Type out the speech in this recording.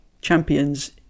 champions